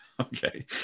Okay